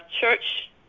church